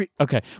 Okay